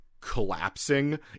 collapsing